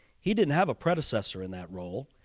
he didn't have a predecessor in that role,